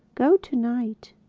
go to-night.